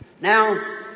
Now